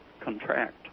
contract